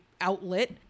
outlet